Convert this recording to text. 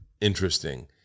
interesting